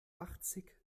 achtzig